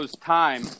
time